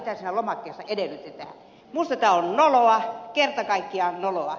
minusta tämä on noloa kerta kaikkiaan noloa